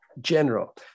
general